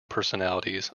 personalities